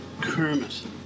Kermit